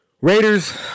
Raiders